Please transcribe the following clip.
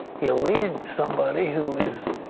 he leads somebody who is